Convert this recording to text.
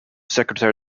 secretary